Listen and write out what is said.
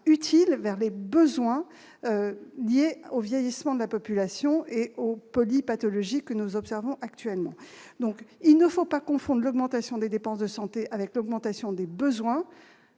réponse aux besoins liés au vieillissement de la population et aux polypathologies que nous observons actuellement. Il ne faut pas confondre l'augmentation des dépenses de santé avec l'augmentation des besoins.